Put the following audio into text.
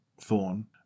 Thorn